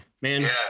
man